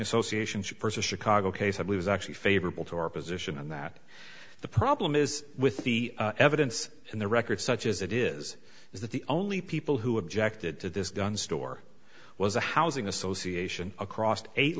association should persist chicago case i believe is actually favorable to our position and that the problem is with the evidence and the record such as it is is that the only people who objected to this gun store was a housing association across eight